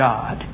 God